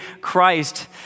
Christ